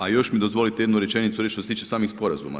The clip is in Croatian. A još mi dozvolite jednu rečenicu reći što se tiče samih sporazuma.